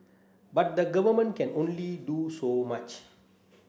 but the Government can only do so much